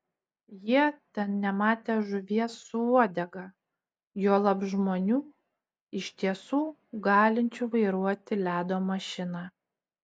jie ten nematę žuvies su uodega juolab žmonių iš tiesų galinčių vairuoti ledo mašiną